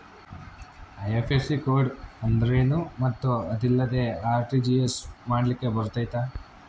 IFSC code ಅಂದ್ರೇನು ಮತ್ತು ಅದಿಲ್ಲದೆ ಆರ್.ಟಿ.ಜಿ.ಎಸ್ ಮಾಡ್ಲಿಕ್ಕೆ ಬರ್ತೈತಾ?